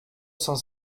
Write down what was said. cent